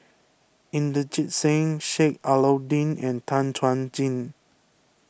Inderjit Singh Sheik Alau'ddin and Tan Chuan Jin